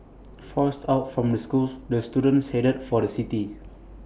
forced out from the schools the students headed for the city